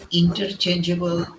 interchangeable